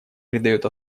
придает